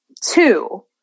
two